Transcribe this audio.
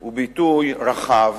הוא ביטוי רחב